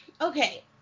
Okay